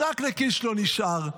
רק לקיש לא נשאר.